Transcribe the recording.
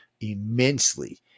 immensely